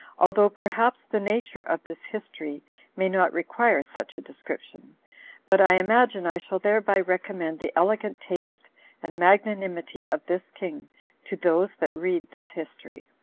although perhaps the nature of this history may not require such a description but i imagine i shall thereby recommend the elegant taste and magnanimity of this king to those that read this history.